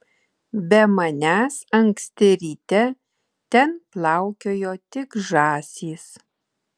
be manęs anksti ryte ten plaukiojo tik žąsys